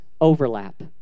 overlap